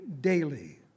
daily